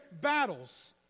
battles